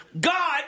God